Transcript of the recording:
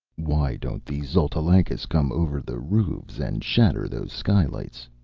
why don't the xotalancas come over the roofs and shatter those skylights?